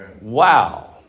Wow